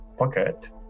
Pocket